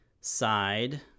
side